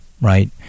right